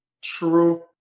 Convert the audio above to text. True